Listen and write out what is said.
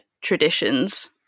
traditions